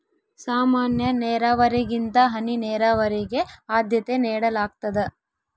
ಸಾಮಾನ್ಯ ನೇರಾವರಿಗಿಂತ ಹನಿ ನೇರಾವರಿಗೆ ಆದ್ಯತೆ ನೇಡಲಾಗ್ತದ